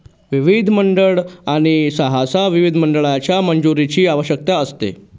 विधिमंडळ आणि सहसा विधिमंडळाच्या मंजुरीची आवश्यकता असते